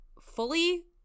fully